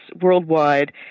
worldwide